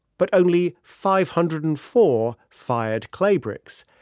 but only five hundred and four fired clay bricks.